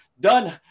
done